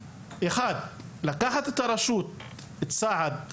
אחד, לקחת את הרשות צעד אחורה.